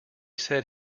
said